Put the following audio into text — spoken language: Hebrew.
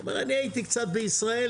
אומר אני הייתי קצת בישראל,